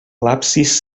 l’absis